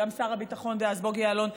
גם שר הביטחון דאז בוגי יעלון,